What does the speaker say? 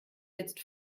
jetzt